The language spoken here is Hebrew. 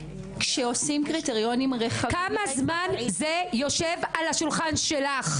כשעושים קריטריונים --- כמה זמן זה יושב על השולחן שלך?